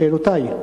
שאלותי: